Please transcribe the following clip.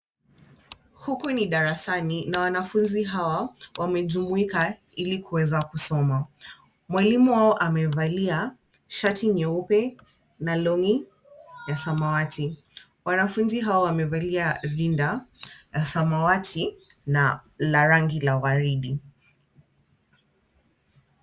Huku ni darasani, na wanafunzi hawa wamejumuika ili kuweza kusoma. Mwalimu wao amevalia shati nyeupe na longi ya samawati. Wanafunzi hawa wamevalia rinda ya samawati na la rangi la waridi.